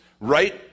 right